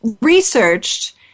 researched